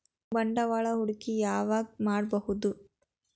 ಬಂಡವಾಳ ಹೂಡಕಿ ಯಾವಾಗ್ ಮಾಡ್ಬಹುದು?